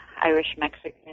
Irish-Mexican